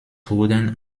wurden